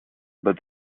but